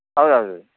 ಹೌದೌದು